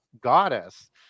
goddess